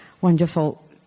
wonderful